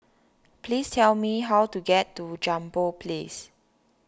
please tell me how to get to Jambol Place